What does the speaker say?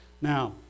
Now